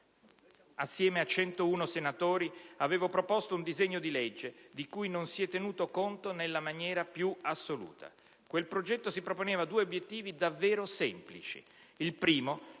Assieme a 101 senatori avevo proposto un disegno di legge di cui non si è tenuto conto nella maniera più assoluta. Quel progetto si proponeva due obiettivi davvero semplici: il primo